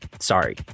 Sorry